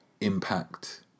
impact